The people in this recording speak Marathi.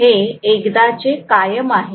हे एकदाचे कायम आहे